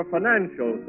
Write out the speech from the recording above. Financial